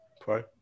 Pro